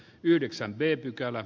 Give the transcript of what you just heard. kannatan ed